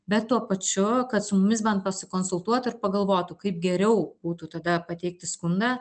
bet tuo pačiu kad su mumis bent pasikonsultuotų ir pagalvotų kaip geriau būtų tada pateikti skundą